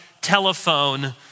telephone